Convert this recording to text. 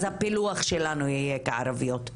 אז הפילוח שלנו יהיה כערביות.